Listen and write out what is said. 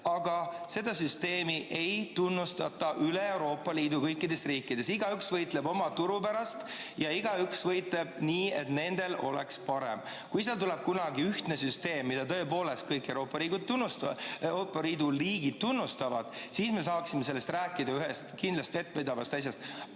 aga seda süsteemi ei tunnustata üle Euroopa Liidu kõikides riikides. Igaüks võitleb oma turu pärast ja igaüks võitleb nii, et nendel oleks parem. Kui tuleb kunagi ühtne süsteem, mida tõepoolest kõik Euroopa Liidu riigid tunnustavad, siis me saaksime sellest rääkida kui ühest kindlast ja vettpidavast asjast.